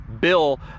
bill